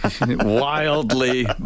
wildly